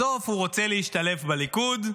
בסוף הוא רוצה להשתלב בליכוד,